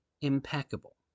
impeccable